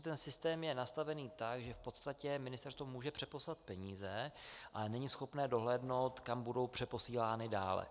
Ten systém je nastavený tak, že v podstatě ministerstvo může poslat peníze, ale není schopné dohlédnout, kam budou přeposílány dále.